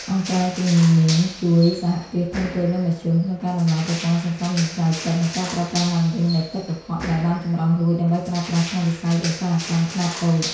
អង្គការជំនាញជួយ សហគ្រាសធុនតូច និងមធ្យម ក្នុងការដំឡើងប្រព័ន្ធសន្សំសំចៃទឹក និងការប្រើប្រាស់ឡើងវិញនូវទឹកកខ្វក់ដែលបានចម្រោះរួច ដើម្បីប្រើប្រាស់ក្នុងវិស័យឧស្សាហកម្មខ្នាតតូច។